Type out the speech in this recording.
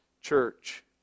church